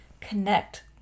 connect